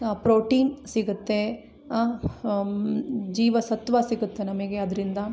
ಆ ಪ್ರೊಟೀನ್ ಸಿಗುತ್ತೆ ಜೀವಸತ್ವ ಸಿಗುತ್ತೆ ನಮಗೆ ಅದ್ರಿಂದ